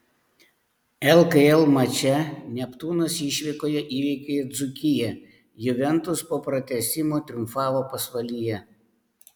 lkl mače neptūnas išvykoje įveikė dzūkiją juventus po pratęsimo triumfavo pasvalyje